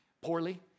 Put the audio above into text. poorly